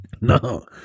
No